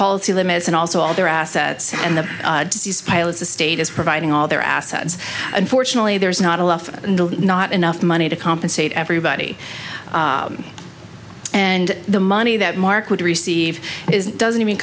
policy limits and also all their assets and the pilots the state is providing all their assets unfortunately there is not enough not enough money to compensate everybody and the money that mark would receive is doesn't even